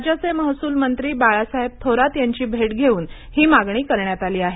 राज्यचे महसूल मंत्री बाळासाहेब थोरात यांची भेट घेऊन ही मागणी करण्यात आली आहे